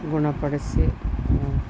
ಗುಣಪಡಿಸಿ